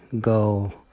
go